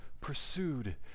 pursued